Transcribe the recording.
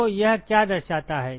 तो यह क्या दर्शाता है